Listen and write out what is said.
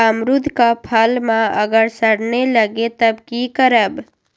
अमरुद क फल म अगर सरने लगे तब की करब?